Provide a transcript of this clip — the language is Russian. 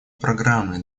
программы